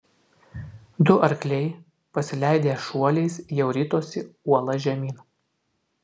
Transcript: du arkliai pasileidę šuoliais jau ritosi uola žemyn